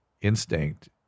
instinct